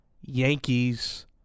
Yankees